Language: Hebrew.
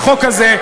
והחוק הזה,